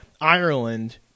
Ireland